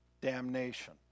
damnation